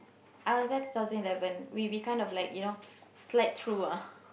I was there two thousand eleven we were kind of like you know slide through ah